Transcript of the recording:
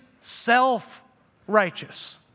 self-righteous